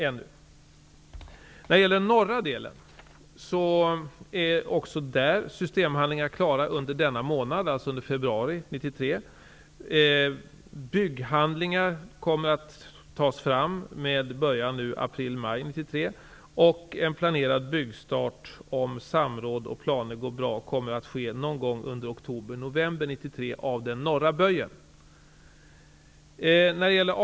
Också när det gäller norra delen blir systemhandlingar klara under denna månad, februari 1993. Bygghandlingar kommer att tas fram med början april--maj 1993, och planerad byggstart infaller, om samråd och planering går bra, någon gång under oktober--november 1993 beträffande den norra böjen.